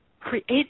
create